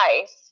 ice